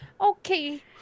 Okay